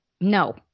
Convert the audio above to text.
No